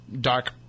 dark